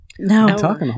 No